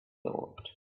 thought